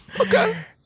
Okay